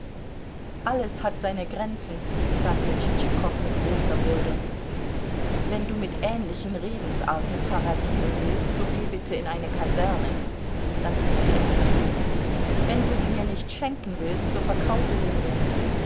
alles hat seine grenzen sagte tschitschikow mit großer würde wenn du mit ähnlichen redensarten paradieren willst so geh bitte in eine kaserne dann fügte er hinzu wenn du sie mir nicht schenken willst so verkaufe sie mir